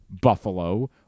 Buffalo